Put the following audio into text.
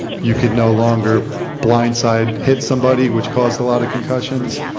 you can no longer blindside hit somebody which cost a lot of concussions.